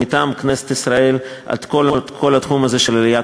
מטעם כנסת ישראל על כל התחום הזה של עלייה,